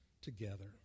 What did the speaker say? together